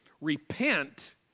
Repent